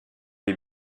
les